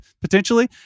potentially